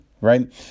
right